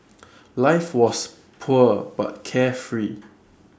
life was poor but carefree